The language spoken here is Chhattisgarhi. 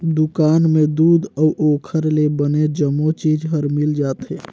दुकान में दूद अउ ओखर ले बने जम्मो चीज हर मिल जाथे